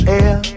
air